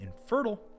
infertile